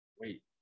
wait